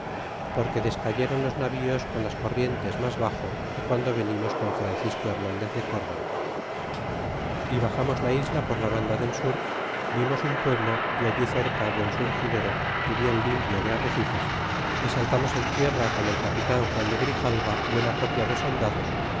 porque descayéron los navíos con las corrientes mas baxo que guando venimos con francisco hernandez de córdoba y baxamos la isla por la banda del sur vimos un pueblo y allí cerca buen surgidero y bien limpio de arracifes y saltamos en tierra con el capitan juan de grijalva buena copia de soldados